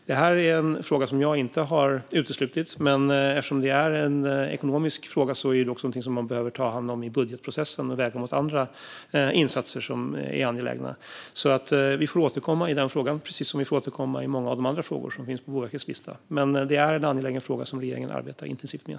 Jag utesluter inte detta, men eftersom det är en ekonomisk fråga behöver den tas om hand i budgetprocessen och vägas mot andra angelägna insatser. Vi får återkomma till detta förslag, precis som vi får återkomma till många av de andra förslagen på Boverkets lista. Detta är en angelägen fråga som regeringen arbetar intensivt med.